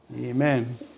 Amen